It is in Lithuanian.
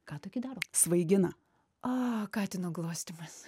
ką tokį daro svaigina a katino glostymas